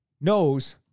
knows